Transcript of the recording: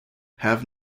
have